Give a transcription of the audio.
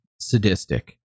sadistic